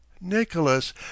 nicholas